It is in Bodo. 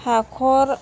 हाख'र